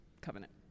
covenant